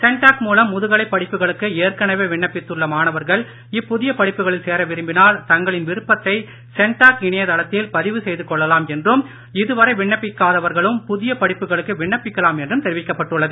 CENTAC மூலம் முதுகலைப் படிப்புகளுக்கு ஏற்கனவே விண்ணப்பித்துள்ள மாணவர்கள் இப்புதிய படிப்புகளில் சேர விரும்பினால் தங்களின் விருப்பத்தை சென்டாக் இணையதளத்தில் பதிவு செய்து கொள்ளலாம் என்றும் இதுவரை விண்ணப்பிக்கலாம் என்றும் தெரிவிக்கப்பட்டுள்ளது